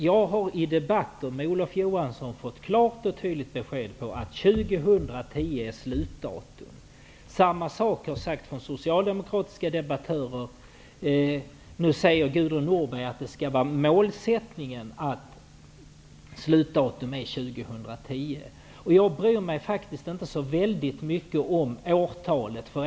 Jag har i debatter med Olof Johansson fått klart och tydligt besked om att 2010 är slutdatum. Samma sak har sagts från socialdemokratiska debattörer. Nu säger Gudrun Norberg att 2010 som ett slutdatum skall vara en målsättning. Jag bryr mig faktiskt inte för egen del så väldigt mycket om årtalet.